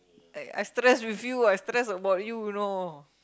like I stress with you I stress about you you know